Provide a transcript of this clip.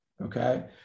Okay